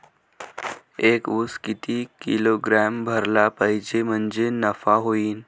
एक उस किती किलोग्रॅम भरला पाहिजे म्हणजे नफा होईन?